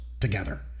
together